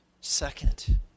Second